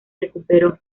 recuperó